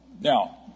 Now